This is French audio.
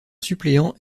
suppléant